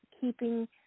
keeping